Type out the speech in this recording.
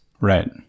Right